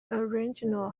original